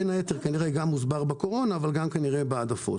בין היתר כנראה זה גם מוסבר בקורונה אבל גם כנראה בהעדפות.